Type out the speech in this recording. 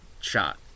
shot